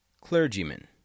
clergymen